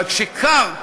אבל כשקר,